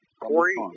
Corey